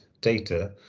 data